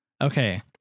Okay